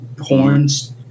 horns